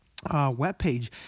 webpage